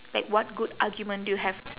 like what good argument do you have